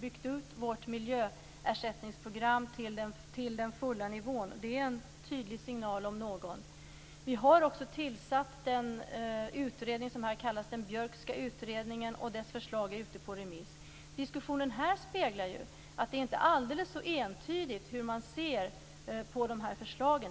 byggt ut vårt miljöersättningsprogram till den fulla nivån. Det är en tydlig signal om någon. Vi har också tillsatt den utredning som kallas den Björkska utredningen. Dess förslag är ute på remiss. Diskussionen här speglar att det inte är alldeles så entydigt hur man ser på förslagen.